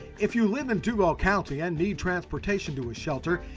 if you live in duval county and need transportation to a shelter,